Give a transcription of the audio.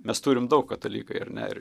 mes turim daug katalikai ar ne ir